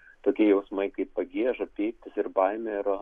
tokie jausmai kaip pagieža pyktis ir baimė